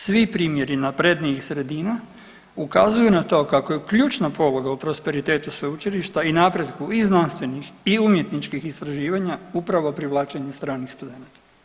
Svi primjeri naprednijih sredina ukazuju na to kako je ključna poluga u prosperitetu sveučilišta i napretku i znanstvenih i umjetničkih istraživanja upravo privlačenje stranih studenata.